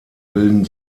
bilden